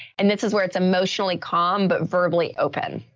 and this is where it's emotionally calm, but verbally open.